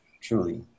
truly